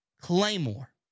Claymore